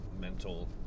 mental